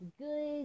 good